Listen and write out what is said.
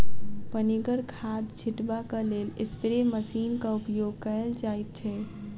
पनिगर खाद छीटबाक लेल स्प्रे मशीनक उपयोग कयल जाइत छै